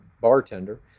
bartender